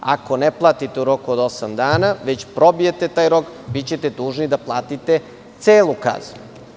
Ako ne platite u roku od osam dana, već probijete taj rok, bićete dužni da platite celu kaznu.